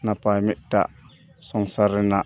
ᱱᱟᱯᱟᱭ ᱢᱤᱫᱴᱟᱜ ᱥᱚᱝᱥᱟᱨ ᱨᱮᱱᱟᱜ